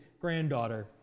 granddaughter